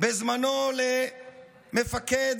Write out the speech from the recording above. בזמנו למפקד